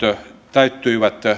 täyttyivät